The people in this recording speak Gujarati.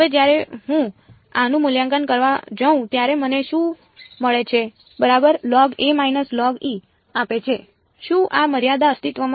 હવે જ્યારે હું આનું મૂલ્યાંકન કરવા જાઉં ત્યારે મને શું મળે છે બરાબર આપે છે શું આ મર્યાદા અસ્તિત્વમાં છે